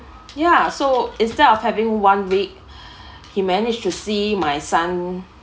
ya so instead of having one week he managed to see my son